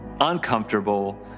uncomfortable